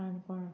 Canacona